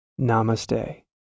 Namaste